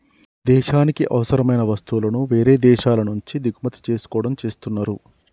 దేశానికి అవసరమైన వస్తువులను వేరే దేశాల నుంచి దిగుమతి చేసుకోవడం చేస్తున్నరు